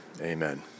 amen